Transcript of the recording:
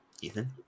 Ethan